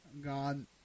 God